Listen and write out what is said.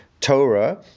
Torah